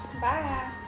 bye